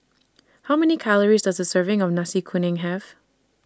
How Many Calories Does A Serving of Nasi Kuning Have